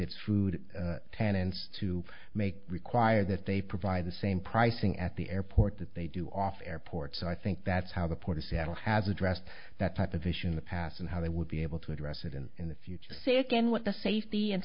its food tenants to make require that they provide the same pricing at the airport that they do off airport so i think that's how the port of seattle has addressed that type of issue in the past and how they would be able to address it and in the future say again what the safety and